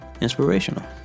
inspirational